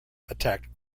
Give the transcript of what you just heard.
attacked